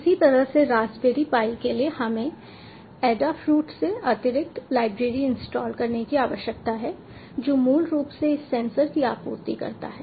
इसी तरह से रास्पबेरी पाई के लिए हमें एडाफ्रूट से अतिरिक्त लाइब्रेरी इंस्टॉल करने की आवश्यकता है जो मूल रूप से इस सेंसर की आपूर्ति करता है